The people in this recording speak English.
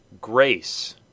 Grace